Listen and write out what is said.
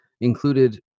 included